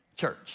Church